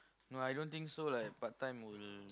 no I don't think so like part time will